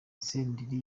senderi